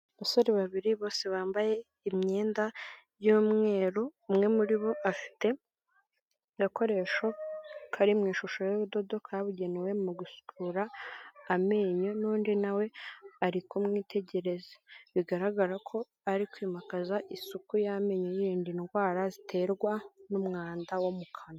Abasore babiri bose bambaye imyenda y'umweru umwe muri bo afite agakoresho kari mu ishusho y'ubudodoka kabugenewe mu gusura amenyo, n'undi nawe ari kumwitegereza bigaragara ko ari kwimakaza isuku y'amenyo yirinda indwara ziterwa n'umwanda wo mu kanwa.